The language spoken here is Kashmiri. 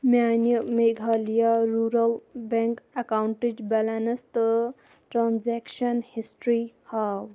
میٛانہِ میگھالِیا روٗرَل بیٚنٛک اکاونٹٕچ بیلینس تہٕ ٹرانٛزیکشن ہِسٹری ہاو